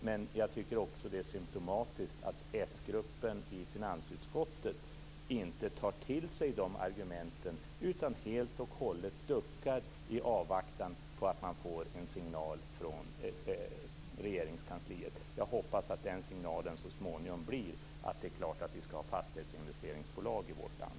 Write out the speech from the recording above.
Det är också symtomatiskt att sgruppen i finansutskottet inte tar till sig de argumenten. Man duckar i avvaktan på att man får en signal från Regeringskansliet. Jag hoppas att den signalen så småningom blir att det är klart att det skall finnas fastighetsinvesteringsbolag i vårt land.